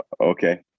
Okay